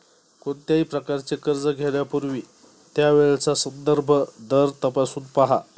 कोणत्याही प्रकारचे कर्ज घेण्यापूर्वी त्यावेळचा संदर्भ दर तपासून पहा